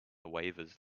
waivers